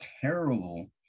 terrible